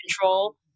control